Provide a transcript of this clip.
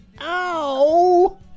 ow